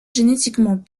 génétiquement